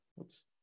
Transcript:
Oops